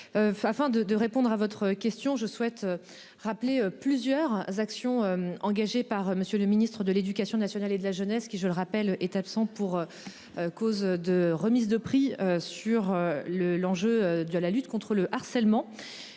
Afin de de répondre à votre question, je souhaite rappeler plusieurs actions engagées par Monsieur le Ministre de l'Éducation nationale et de la jeunesse qui je le rappelle, est absent pour. Cause de remise de prix sur le l'enjeu de à la lutte contre le harcèlement.